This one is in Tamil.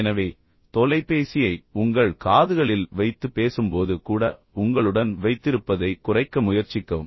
எனவே தொலைபேசியை உங்கள் காதுகளில் வைத்து பேசும்போது கூட உங்களுடன் வைத்திருப்பதைக் குறைக்க முயற்சிக்கவும்